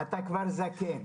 אתה כבר זקן.